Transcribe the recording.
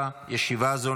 בקריאה הראשונה